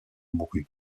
mourut